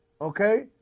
Okay